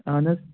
اَہَن حظَ